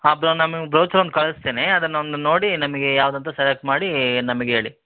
ಒಂದು ಕಳ್ಸ್ತೀನಿ ಅದನ್ನ ಒಂದು ನೋಡಿ ನಿಮಗೆ ಯಾವ್ದು ಅಂತ ಸೆಲೆಕ್ಟ್ ಮಾಡಿ ನಮಗೆ ಹೇಳಿ